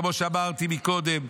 כמו שאמרתי קודם,